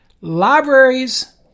libraries